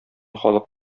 халык